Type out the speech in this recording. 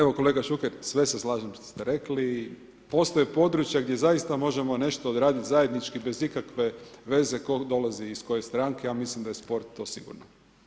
Evo kolega Šuker, sve se slažem što ste rekli i postoje područja gdje zaista možemo nešto odradit zajednički bez ikakve veze tko dolazi iz koje stranke a mislim da je sport to sigurno.